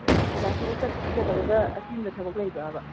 ꯑꯣꯖꯥ ꯊꯕꯛ ꯆꯠꯀꯗꯕꯒ ꯑꯆꯤꯟꯕ ꯊꯕꯛ ꯂꯩꯕ꯭ꯔꯕ